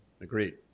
Agreed